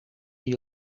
die